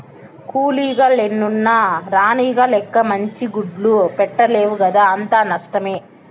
కూలీగ లెన్నున్న రాణిగ లెక్క మంచి గుడ్లు పెట్టలేవు కదా అంతా నష్టమే